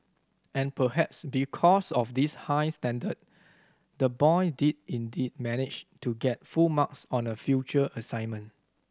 and perhaps because of this high standard the boy did indeed manage to get full marks on a future assignment